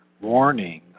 warning